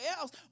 else